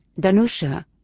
Danusha